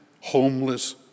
homeless